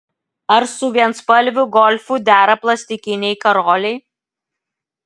ar su vienspalviu golfu dera plastikiniai karoliai